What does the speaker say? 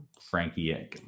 frankie